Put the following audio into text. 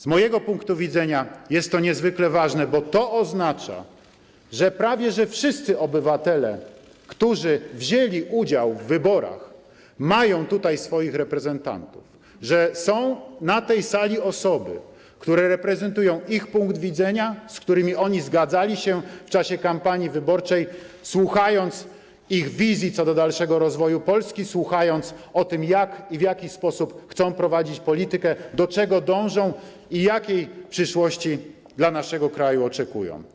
Z mojego punktu widzenia jest to niezwykle ważne, bo to oznacza, że prawie wszyscy obywatele, którzy wzięli udział w wyborach, mają tutaj swoich reprezentantów, że są na tej sali osoby, które reprezentują ich punkt widzenia, z którymi oni zgadzali się w czasie kampanii wyborczej, słuchając ich wizji dotyczącej dalszego rozwoju Polski, słuchając, w jaki sposób chcą prowadzić politykę, do czego dążą i jakiej przyszłości dla naszego kraju oczekują.